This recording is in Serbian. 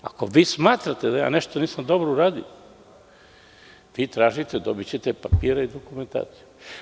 Ako vi smatrate da nešto nisam dobro uradio, vi tražite i dobićete papire i dokumentaciju.